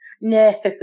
No